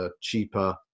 cheaper